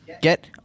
get